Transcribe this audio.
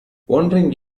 wandering